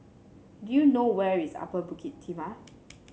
do you know where is Upper Bukit Timah